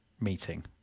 meeting